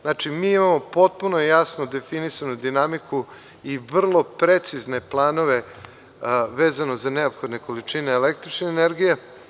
Znači, mi imamo potpuno jasno definisanu dinamiku i vrlo precizne planove vezano za neophodne količine električne energije.